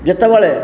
ଯେତେବେଳେ